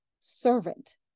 servant